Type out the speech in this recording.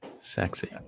Sexy